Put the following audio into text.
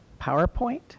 PowerPoint